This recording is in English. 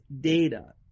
data